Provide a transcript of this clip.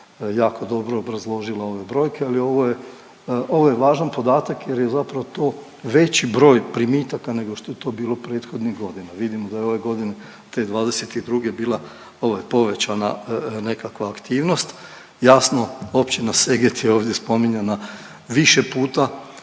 jako dobro obrazložila ove brojke, ali ovo je, ovo je važan podatak jer je zapravo to veći broj primitaka nego što je to bilo prethodnih godina. Vidimo da je ove godine, te '22. bila ovaj povećana nekakva aktivnost. Jasno, općina Seget je ovdje spominjana više puta